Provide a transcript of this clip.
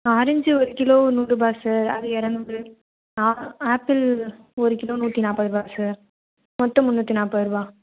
orange ஒரு kilo நூறு ரூபாய் சார் அது இருநூறு ஆப்பிள் ஒரு கிலோ நூற்றி நாற்பது ரூபாய் சார் மொத்தம் முன்னூற்றி நாற்பது ரூபாய்